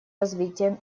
развитием